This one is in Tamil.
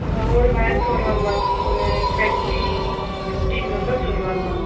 ஒரு வேனுக்கு வருவாங்க மேம் ஒரு டுவென்ட்டி பிஃப்ட்டீன் மெம்பர்ஸ் வருவாங்க மேம்